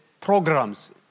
programs